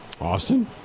Austin